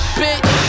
bitch